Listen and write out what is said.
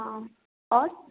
हाँ आओर